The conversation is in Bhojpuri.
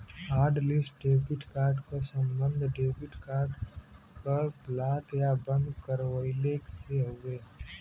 हॉटलिस्ट डेबिट कार्ड क सम्बन्ध डेबिट कार्ड क ब्लॉक या बंद करवइले से हउवे